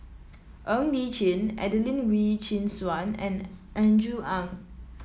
Ng Li Chin Adelene Wee Chin Suan and Andrew Ang